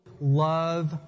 love